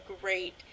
great